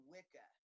Wicca